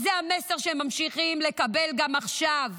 זה המסר שממשיכים לקבל גם עכשיו.